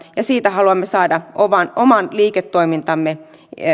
ja siitä haluamme saada oman oman liiketoimintamme